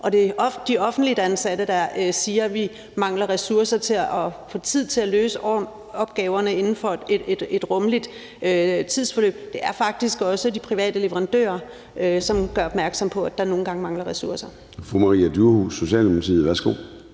og de offentligt ansatte, der siger, at vi mangler ressourcer til at løse opgaverne inden for et rummeligt tidsforløb; det er faktisk også de private leverandører, som gør opmærksom på, at der nogle gange mangler ressourcer.